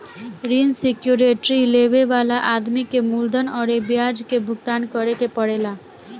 ऋण सिक्योरिटी लेबे वाला आदमी के मूलधन अउरी ब्याज के भुगतान करे के पड़ेला